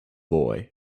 boy